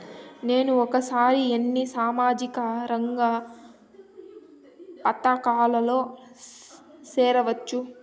నేను ఒకేసారి ఎన్ని సామాజిక రంగ పథకాలలో సేరవచ్చు?